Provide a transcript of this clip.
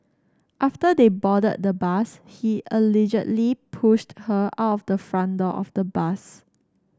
after they boarded the bus he allegedly pushed her out of the front door of the bus